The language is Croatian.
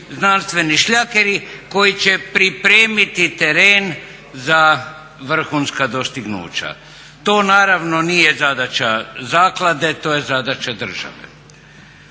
znanstveni šljakeri koji će pripremiti teren za vrhunska dostignuća. To naravno nije zadaća zaklade, to je zadaća države.